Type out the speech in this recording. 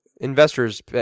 investors